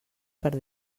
per